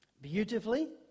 Beautifully